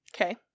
okay